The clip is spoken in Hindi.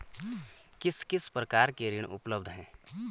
किस किस प्रकार के ऋण उपलब्ध हैं?